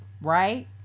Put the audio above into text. right